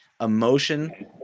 emotion